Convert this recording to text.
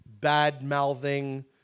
bad-mouthing